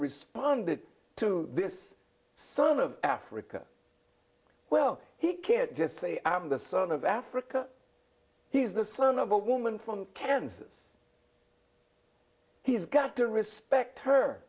responded to this son of africa well he can't just say i'm the son of africa he's the son of a woman from kansas he's got to respect her